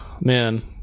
Man